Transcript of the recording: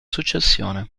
successione